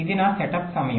ఇది నా సెటప్ సమయం